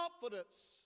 confidence